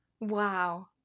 wow